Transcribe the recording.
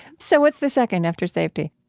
so what's the second after safety?